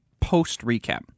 post-recap